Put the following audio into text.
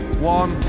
one.